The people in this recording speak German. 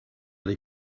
die